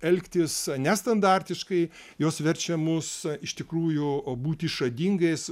elgtis nestandartiškai jos verčia mus iš tikrųjų o būti išradingais